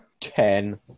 Ten